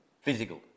physical